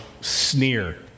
sneer